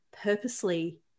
purposely